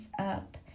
up